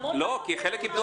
חלק הפסידו כי חלק איבדו